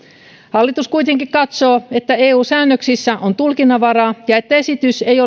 hallitus kuitenkin katsoo että eu säännöksissä on tulkinnanvaraa ja että esitys ei